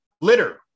litter